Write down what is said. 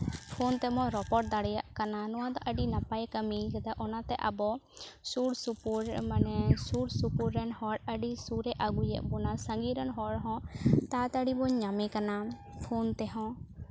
phone ᱛᱮᱵᱚᱱ ᱨᱚᱯᱚᱲ ᱫᱟᱲᱮᱭᱟᱜ ᱠᱟᱱᱟ ᱱᱚᱣᱟ ᱫᱚ ᱟᱹᱰᱤ ᱱᱟᱯᱟᱭ ᱠᱟᱹᱢᱤ ᱠᱟᱫᱟ ᱚᱱᱟᱛᱮ ᱟᱵᱚ ᱥᱩᱨ ᱥᱩᱯᱩᱨ ᱢᱟᱱᱮ ᱥᱩᱨ ᱥᱩᱯᱩᱨ ᱨᱮᱱ ᱦᱚᱲ ᱟᱹᱰᱤ ᱥᱩᱨᱮ ᱟᱹᱜᱩᱭᱮᱫ ᱵᱚᱱᱟ ᱥᱟᱺᱜᱤᱧ ᱨᱮᱱ ᱦᱚᱲ ᱦᱚᱸ ᱛᱟᱲᱟᱛᱟᱲᱤ ᱵᱚᱱ ᱧᱟᱢᱮ ᱠᱟᱱᱟ ᱯᱷᱳᱱ ᱛᱮᱦᱚᱸ